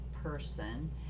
person